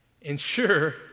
Ensure